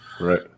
right